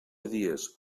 dies